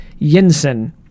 Yinsen